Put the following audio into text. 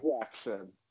Jackson